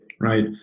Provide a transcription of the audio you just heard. right